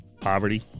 poverty